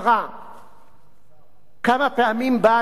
כמה פעמים זה בא לדיון בכנסת